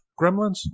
Gremlins